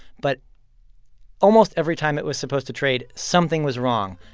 but almost every time it was supposed to trade, something was wrong.